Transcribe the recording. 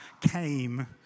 came